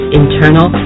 internal